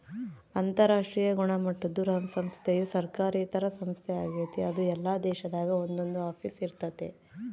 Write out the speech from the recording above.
ಅಂತರಾಷ್ಟ್ರೀಯ ಗುಣಮಟ್ಟುದ ಸಂಸ್ಥೆಯು ಸರ್ಕಾರೇತರ ಸಂಸ್ಥೆ ಆಗೆತೆ ಅದು ಎಲ್ಲಾ ದೇಶದಾಗ ಒಂದೊಂದು ಆಫೀಸ್ ಇರ್ತತೆ